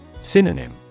Synonym